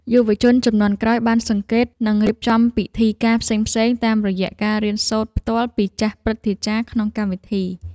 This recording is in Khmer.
យុវជនជំនាន់ក្រោយបានសង្កេត និងរៀបចំពិធីការផ្សេងៗតាមរយៈការរៀនសូត្រផ្ទាល់ពីចាស់ព្រឹទ្ធាចារ្យក្នុងកម្មវិធី។